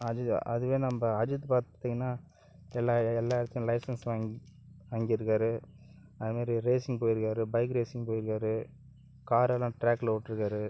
அது அதுவே நம்ப அஜித் பார்த்திங்கனா எல்லா எல்லா வித லைசென்ஸும் வாங் வாங்கிருக்கார் அதை மாரி ரேஸிங் போயிருக்கார் பைக் ரேஸிங்கும் போயிருக்கார் காரெல்லாம் ட்ராக்கில் ஓட்டிருக்கார்